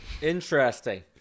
Interesting